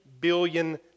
billion